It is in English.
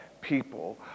people